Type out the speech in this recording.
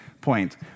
point